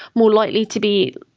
more likely to be